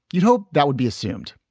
you'd hope that would be assumed.